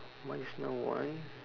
mine is now one